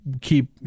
keep, –